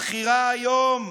הבחירה היום,